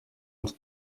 als